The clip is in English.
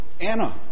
Anna